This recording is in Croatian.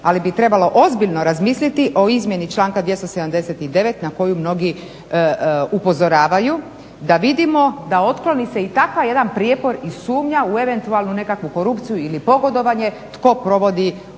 ali bi trebalo ozbiljno razmisliti o izmjeni članka 279. na koju mnogi upozoravaju da vidimo, da otkloni se i takav jedan prijepor i sumnja u eventualnu nekakvu korupciju ili pogodovanje tko provodi ovrhu.